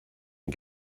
and